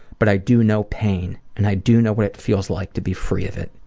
but i do know pain, and i do know what it feels like to be free of it.